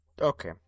Okay